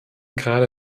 grade